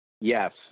Yes